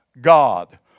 God